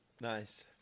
Nice